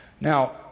Now